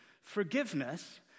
Forgiveness